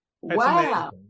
wow